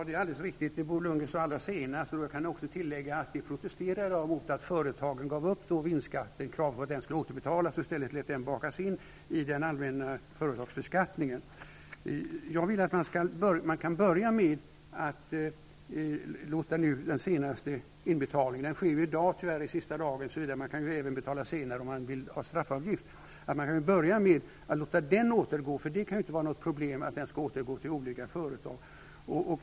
Fru talman! Det Bo Lundgren nyss sade är alldeles riktigt. Jag kan tillägga att vi protesterade mot att företagen gav upp kravet på att vinstdelningsskatten skulle återbetalas. Nu bakades den in i den allmänna företagsbeskattningen. Man kan börja med att låta den sista inbetalningen återgå. Den skall ske senast i dag -- om man vill ta en straffavgift kan man betala senare. Det kan knappast vara något problem med att låta den inbetalningen återgå till företagen.